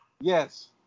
Yes